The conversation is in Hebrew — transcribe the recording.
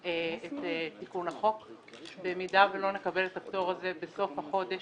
בקשת הממשלה להקדמת הדיון בהצעות חוק הבאות,